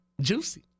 Juicy